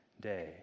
day